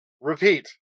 repeat